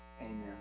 Amen